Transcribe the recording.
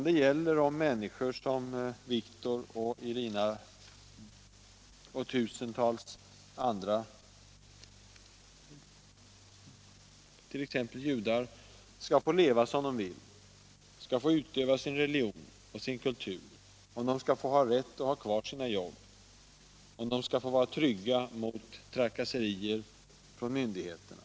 Det gäller om människor som Viktor och Irina och tusentals andra, bl.a. judar, skall få leva som de vill, få utöva sin religion och kultur, få rätt att behålla sina jobb och om de skall få vara trygga mot trakasserier från myndigheterna.